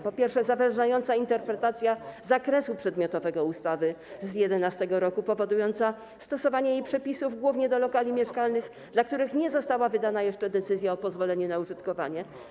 Po pierwsze, jest to zawężająca interpretacja zakresu przedmiotowego ustawy z 2011 r. powodująca stosowanie jej przepisów głównie do lokali mieszkalnych, dla których nie została wydana jeszcze decyzja o pozwoleniu na użytkowanie.